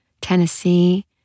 Tennessee